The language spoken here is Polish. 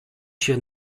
się